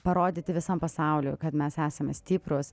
parodyti visam pasauliui kad mes esame stiprūs